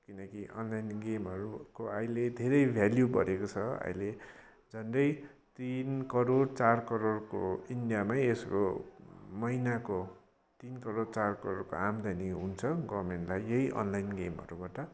किनकि अनलाइन गेमहरूको अहिले धेरै भेल्यू बढेको छ अहिले झन्डै तिन करोड चार करोडको इन्डियामै यसको महिनाको तिन करोड चार करोडको आमदानी हुन्छ गभर्मेन्टलाई यही अनलाइन गेमहरूबाट